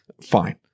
Fine